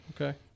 Okay